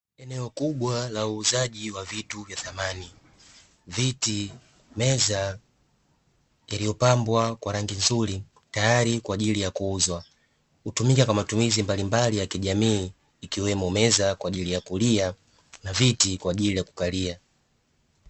Eneo kubwa la uuzaji wa vitu vya samani viti, meza vilivyopambwa kwa rangi nzuri tayari kwa kuuzwa. Hutumika kwa matumiza mbalimbali ya kijamii ikiwemo meza kwaajili ya kulia na viti kwaajili ya kukalia.